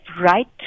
right